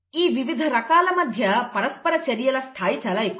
ఈ వివిధ రకాల మధ్య పరస్పర చర్యల స్థాయి చాలా ఎక్కువ